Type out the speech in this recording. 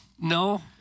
No